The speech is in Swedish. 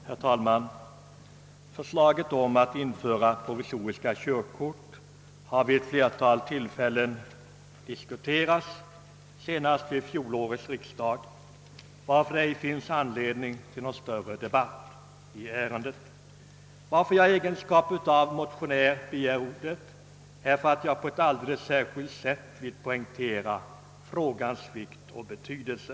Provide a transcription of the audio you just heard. Herr talman! Förslaget om införande av provisoriska körkort har diskuterats vid ett flertal tillfällen. Senast gjorde vi det under fjolårets riksdag. Därför finns det ingen anledning att nu ta upp någon större debatt i ämnet. Som motionär har jag emellertid begärt ordet nu för att poängtera denna frågas vikt och betydelse.